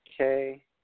Okay